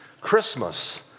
Christmas